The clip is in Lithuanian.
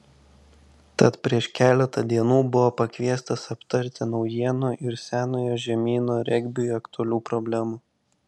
tad prieš keletą dienų buvo pakviestas aptarti naujienų ir senojo žemyno regbiui aktualių problemų